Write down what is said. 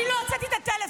אני לא הוצאתי את הטלפון,